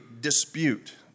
dispute